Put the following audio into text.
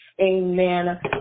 amen